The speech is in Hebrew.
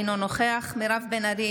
אינו נוכח מירב בן ארי,